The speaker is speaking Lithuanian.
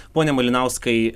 pone malinauskai